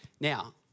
Now